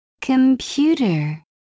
Computer